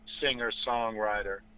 singer-songwriter